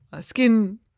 skin